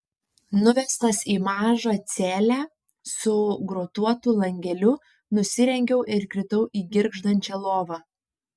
nuvestas į mažą celę su grotuotu langeliu nusirengiau ir kritau į girgždančią lovą